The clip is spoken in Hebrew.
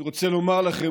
אני רוצה לומר לכם,